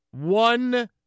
One